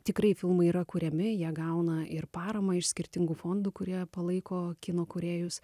tikrai filmai yra kuriami jie gauna ir paramą iš skirtingų fondų kurie palaiko kino kūrėjus